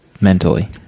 mentally